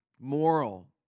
moral